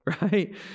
Right